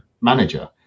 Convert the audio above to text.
manager